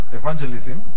evangelism